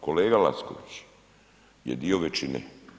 Kolega Lacković je dio većine.